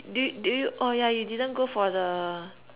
do you do you oh yeah you didn't go for the